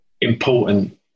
important